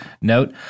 note